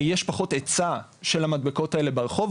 יש פחות היצע של המדבקות האלה ברחוב,